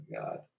God